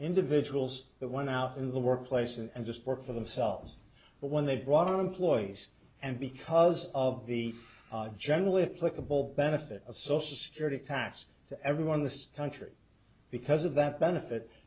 individuals the one out in the workplace and just work for themselves but when they brought in employees and because of the generally applicable benefit of social security tax to everyone this country because of that benefit